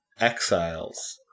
Exiles